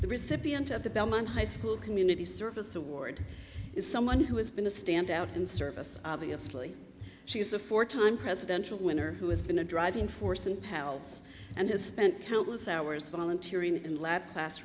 the recipient of the bellman high school community service award is someone who has been a standout in service obviously she is a four time presidential winner who has been a driving force in pals and has spent countless hours volunteering in l